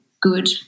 good